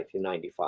1995